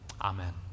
Amen